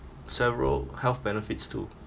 several health benefits too